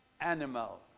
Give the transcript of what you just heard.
animal